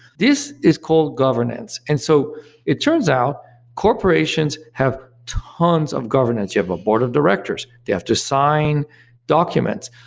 this is called governance. and so it turns out corporations have tons of governance you have a board of directors, they have to sign documents.